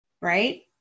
right